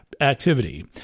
activity